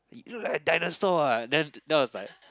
you look like dinosaur ah then that was like